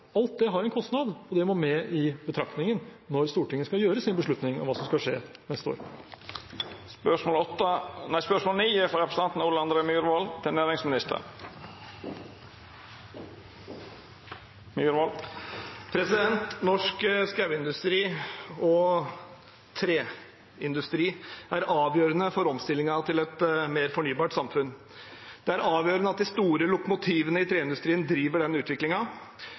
Alt det har en kostnad, og det må med i betraktningen når Stortinget skal fatte sin beslutning om hva som skal skje neste år. «Norsk skognæring og treindustri er avgjørende for omstilling til et mer fornybart samfunn. Det er avgjørende at de store «lokomotivene» i treindustriene driver